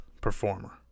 performer